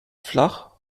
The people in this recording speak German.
flach